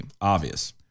Obvious